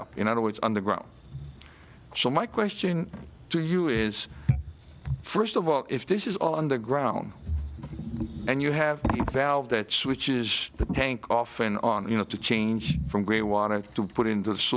up in other words on the ground so my question to you is first of all if this is all on the ground and you have a valve that switches the tank off and on you know to change from green water to put in th